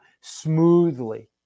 smoothly